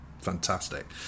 fantastic